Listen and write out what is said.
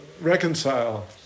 reconcile